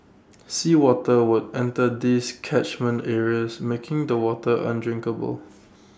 sea water would enter these catchment areas making the water undrinkable